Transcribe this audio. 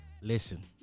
listen